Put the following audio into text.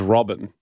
Robin